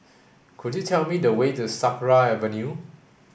could you tell me the way to Sakra Avenue